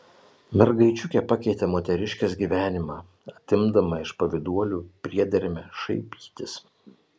mergaičiukė pakeitė moteriškės gyvenimą atimdama iš pavyduolių priedermę šaipytis